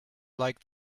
like